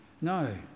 No